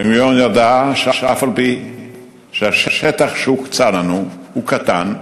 בן-גוריון ידע שאף-על-פי שהשטח שהוקצה לנו הוא קטן,